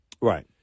Right